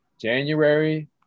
January